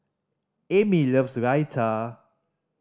Amy loves Raita